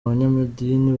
abanyamadini